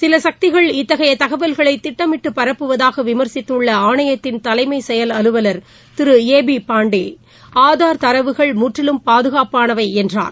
சில சக்திகள் இத்தகைய தகவல்களை திட்டமிட்டு பரப்புவதாக விமர்ச்சித்துள்ள ஆணையத்தின் தலைமை செயல் அலுவலர் திரு ஏ பி பாண்டே ஆதார் தரவுகள் முற்றிலும் பாதுகாப்பானவை என்றார்